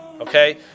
Okay